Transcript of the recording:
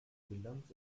bilanz